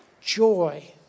joy